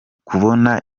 kubona